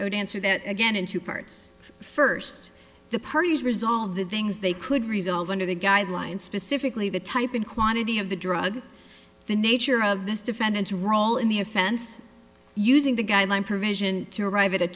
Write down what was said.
dancer that again in two parts first the parties resolve the things they could resolve under the guidelines specifically the type in quantity of the drug the nature of this defendant a role in the offense using the guideline provision to arrive at a